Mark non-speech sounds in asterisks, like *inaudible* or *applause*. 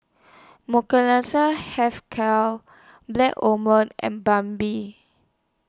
*unintelligible* Health Care Black *unintelligible* and Bun Bee